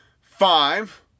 five